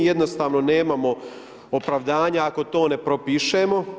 Jednostavno nemamo opravdanje ako to ne propišemo.